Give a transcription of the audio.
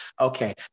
Okay